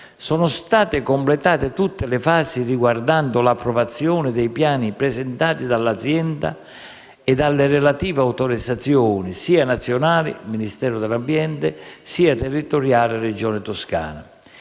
sono state completate tutte le fasi riguardanti l'approvazione dei piani presentati dall'azienda ed alle relative autorizzazioni sia nazionali (Ministero dell'ambiente e della tutela